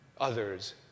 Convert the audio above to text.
others